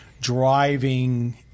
driving